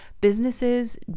businesses